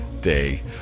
day